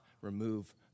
remove